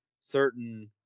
certain